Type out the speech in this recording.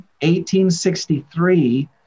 1863